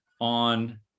on